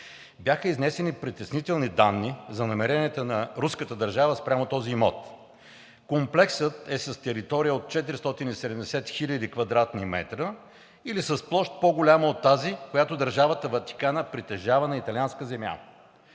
Бяха изнесени притеснителни данни за намеренията на руската държава спрямо този имот. Комплексът е с територия от 470 хил. кв. м, или с площ, по-голяма от тази, която държавата Ватикана притежава на италианска земя.